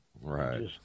Right